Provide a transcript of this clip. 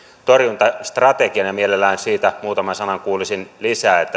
torjuntastrategian ja mielellään muutaman sanan kuulisin lisää